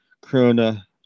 corona